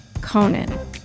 Conan